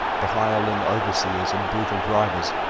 the hireling overseers, and brutal drivers,